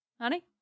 Honey